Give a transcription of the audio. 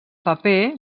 paper